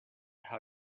how